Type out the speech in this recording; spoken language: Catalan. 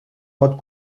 pot